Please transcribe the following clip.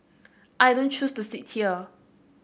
I don't choose to sit here